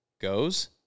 goes